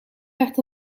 werd